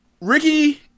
Ricky